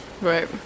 Right